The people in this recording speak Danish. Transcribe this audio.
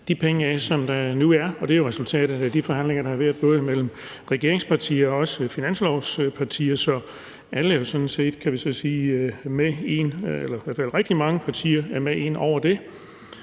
de penge af, som der nu er, og det er resultatet af de forhandlinger, der har været både mellem regeringspartierne og finanslovspartierne. Så rigtig mange partier er med i det.